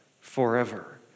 forever